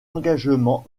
engagements